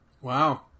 Wow